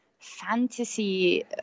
Fantasy